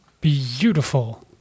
beautiful